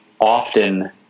often